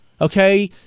okay